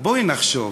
בואי נחשוב